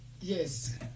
Yes